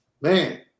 man